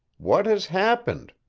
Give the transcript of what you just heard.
what has happened?